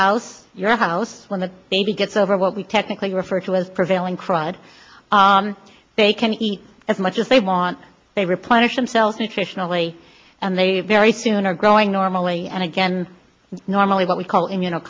house your house when the baby gets over what we technically refer to as prevailing crud they can eat as much as they want they replenish themselves nutritionally and they very soon are growing normally and again normally what we call in you know